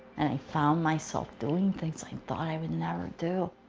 and i found myself doing things i thought i would never do.